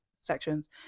sections